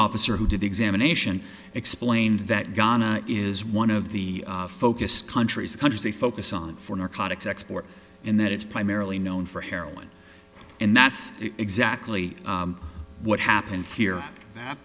officer who did the examination explained that ghana is one of the focus countries countries they focus on for narcotics export and that it's primarily known for heroin and that's exactly what happened here that